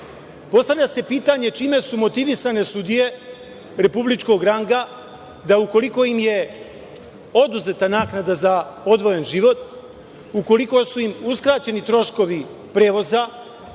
ukinuta. Postavlja se pitanje - čime su motivisane sudije republičkog ranga da ukoliko im je oduzeta naknada za odvojen život, ukoliko su im uskraćeni troškovi prevoza,